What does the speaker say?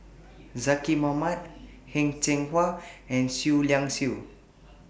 Zaqy Mohamad Heng Cheng Hwa and Seah Liang Seah